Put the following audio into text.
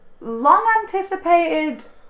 Long-anticipated